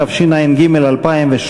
התשע"ג 2013,